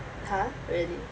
!huh! really